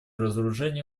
разоружения